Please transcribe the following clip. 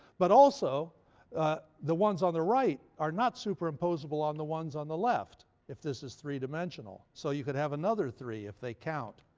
but also the ones on the right are not superimposable on the ones on the left, if this is three-dimensional. so you could have another three, if they count.